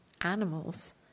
animals